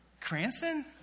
Cranston